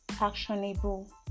actionable